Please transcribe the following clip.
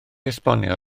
esbonio